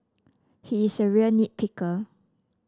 he is a real nit picker